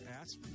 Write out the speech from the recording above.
Ask